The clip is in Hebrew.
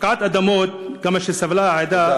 הפקעת אדמות, כמה שסבלה העדה, תודה.